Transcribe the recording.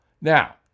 Now